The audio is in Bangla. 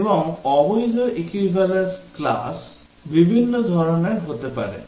এবং অবৈধ equivalence class বিভিন্ন ধরণের হতে পারে